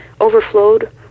overflowed